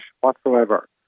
whatsoever